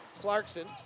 Clarkson